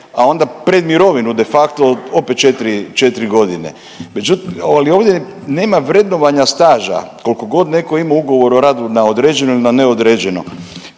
a onda pred mirovinu de facto opet 4, 4 godine. Međutim, ali ovdje nema vrednovanja staža koliko god neko imao ugovor o radu na određeno ili na neodređeno.